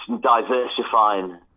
diversifying